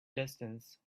distance